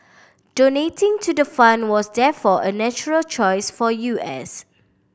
donating to the fund was therefore a natural choice for U S